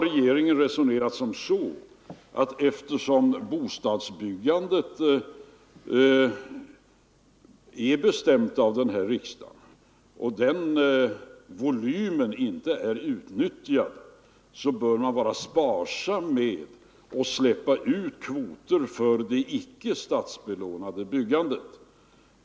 Regeringen har resonerat som så att eftersom bostadsbyggandet är bestämt av den här riksdagen och den volymen inte är utnyttjad, så bör man vara sparsam med att släppa ut kvoter för det icke statsbelånade byggandet.